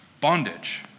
bondage